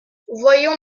voyons